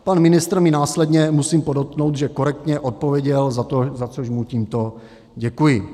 Pan ministr mi následně, musím podotknout, že korektně, odpověděl, za což mu tímto děkuji.